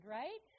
right